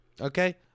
okay